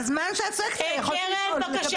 בזמן שאת צועקת יכולתי לשאול ולקבל תשובה.